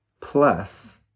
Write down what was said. plus